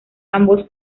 ambos